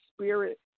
spirit